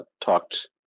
talked